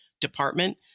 department